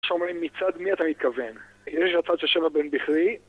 שאומרים מצד מי אתה מתכוון? יש לצד של שבע בן בכרי...